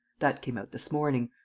that came out this morning.